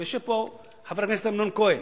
יושב פה חבר הכנסת אמנון כהן.